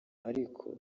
ariko